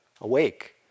awake